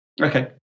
Okay